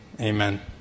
Amen